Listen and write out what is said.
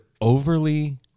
overly